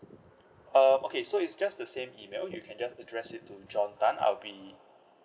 uh okay so it's just the same email you can just address it john tan I'll be